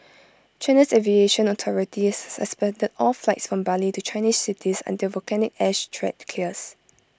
China's aviation authority has suspended all flights from Bali to Chinese cities until volcanic ash threat clears